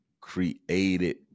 created